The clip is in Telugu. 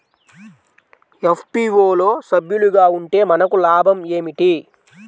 ఎఫ్.పీ.ఓ లో సభ్యులుగా ఉంటే మనకు లాభం ఏమిటి?